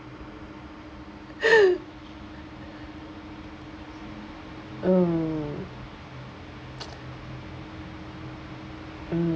um mm